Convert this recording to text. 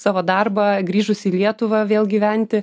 savo darbą grįžus į lietuvą vėl gyventi